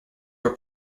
were